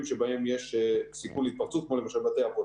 שבהם יש סיכוי להתפרצות כמו למשל בתי אבות.